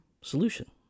solution